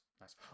nice